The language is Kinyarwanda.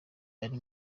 ari